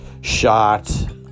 shot